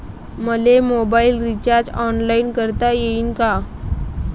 मले mobile recharge online करता येईन का?